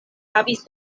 havis